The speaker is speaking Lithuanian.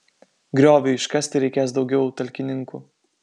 grioviui iškasti reikės daugiau talkininkų